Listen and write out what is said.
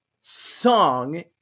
song